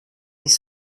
les